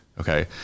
Okay